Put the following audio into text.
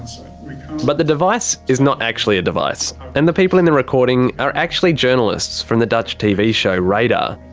but the device is not actually a device and the people in the recording are actually journalists from the dutch tv show, radar.